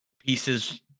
pieces